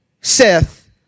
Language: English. Seth